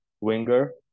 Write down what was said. winger